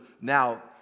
now